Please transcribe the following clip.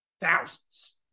thousands